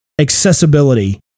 accessibility